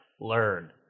Learn